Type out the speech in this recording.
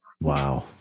Wow